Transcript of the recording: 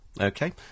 Okay